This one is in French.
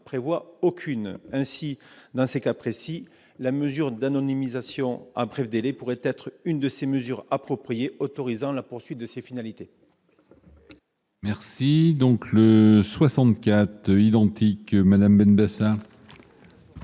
prévoit aucune. Ainsi, dans ce cas précis, la mesure d'anonymisation à bref délai pourrait être une des « mesures appropriées » autorisant la poursuite de ces finalités.